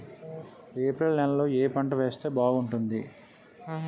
April నెలలో ఏ పంట వేస్తే బాగుంటుంది?